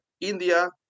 India